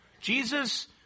Jesus